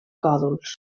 còdols